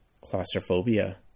Claustrophobia